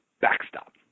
backstop